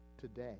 today